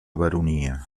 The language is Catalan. baronia